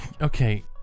Okay